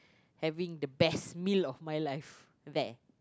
having the best meal of my life there